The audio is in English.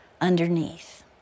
underneath